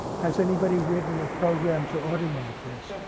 has anybody written a program to automate this?